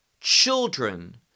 Children